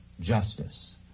justice